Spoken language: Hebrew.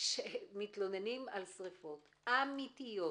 שמתלוננים על שריפות אמתיות,